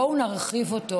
בואו נרחיב אותו.